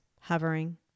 hovering